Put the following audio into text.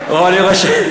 לא מצביעים